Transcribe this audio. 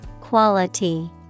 Quality